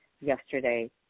yesterday